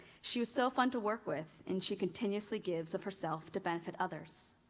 she was so fun to work with, and she continuously gives of herself to benefit others.